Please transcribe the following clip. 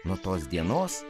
nuo tos dienos